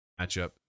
matchup